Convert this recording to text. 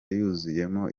yuzuyemo